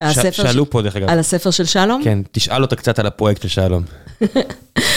שאלו פה דרך אגב. על הספר של שלום? כן, תשאל אותה קצת על הפרויקט של שלום.